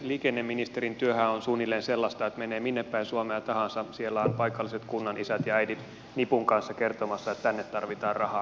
liikenneministerin työhän on suunnilleen sellaista että menee minne päin suomea tahansa siellä ovat paikalliset kunnanisät ja äidit nipun kanssa kertomassa että tänne tarvitaan rahaa